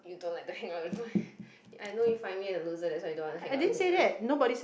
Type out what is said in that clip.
you don't like to hang out with me I know you find me a loser that's why you don't want to hang out with me [right]